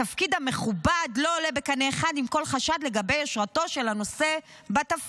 התפקיד המכובד לא עולה בקנה אחד עם כל חשד לגבי יושרתו של הנושא בתפקיד,